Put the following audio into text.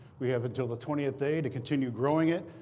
we have until the twentieth day to continue growing it.